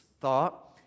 thought